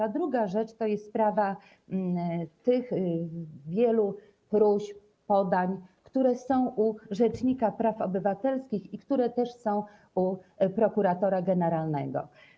A druga rzecz to jest sprawa tych wielu próśb, podań, które są u rzecznika praw obywatelski i które są też u prokuratora generalnego.